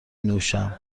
نوشم